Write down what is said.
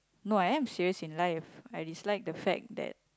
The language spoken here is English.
no I'm serious in life I dislike the fact that